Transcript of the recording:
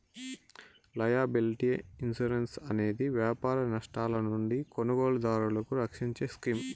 liability insurance అనేది వ్యాపార నష్టాల నుండి కొనుగోలుదారులను రక్షించే స్కీమ్